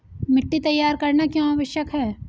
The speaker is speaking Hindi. मिट्टी तैयार करना क्यों आवश्यक है?